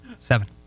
Seven